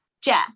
Jeff